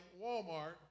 Walmart